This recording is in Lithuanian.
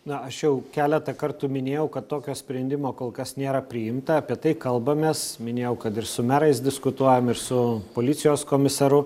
na aš jau keletą kartų minėjau kad tokio sprendimo kol kas nėra priimta apie tai kalbamės minėjau kad ir su merais diskutuojam ir su policijos komisaru